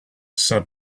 said